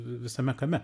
visame kame